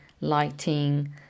lighting